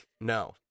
no